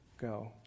go